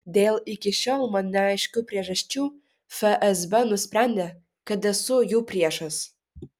dėl iki šiol man neaiškių priežasčių fsb nusprendė kad esu jų priešas